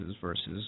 versus